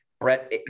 Brett